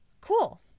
Cool